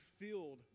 filled